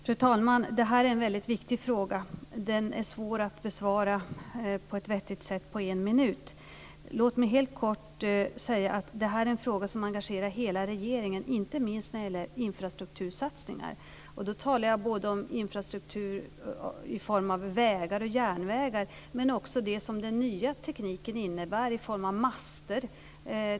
Fru talman! Det här är en viktig fråga. Den är svår att besvara på ett vettigt sätt på en minut. Låt mig helt kort säga att det är en fråga som engagerar hela regeringen, inte minst när det gäller infrastruktursatsningar. Jag talar både om infrastruktur i form av vägar och järnvägar, men också om det som den nya tekniken innebär i form av master.